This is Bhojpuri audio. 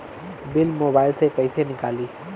बिल मोबाइल से कईसे निकाली?